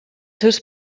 seus